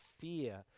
fear